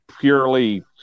purely